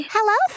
Hello